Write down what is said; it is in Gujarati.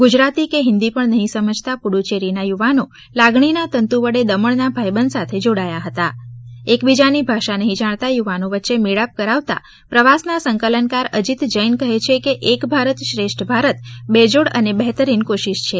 ગુજરાતી કે હિન્દી પણ નહીં સમજતા પુદુચેરીના યુવાનો લાગણીના તંતુ વડે દમણના ભાઈબંધ સાથે જોડાયા હતા એક બીજાની ભાષા નહીં જાણતા યુવાનો વચ્ચે મેળાપ કરાવતા પ્રવાસના સંકલનકાર અજિત જૈન કહે છેકે એક ભારત શ્રેષ્ઠ ભારત બેજોડ અને બહતરીન કોશિશ છે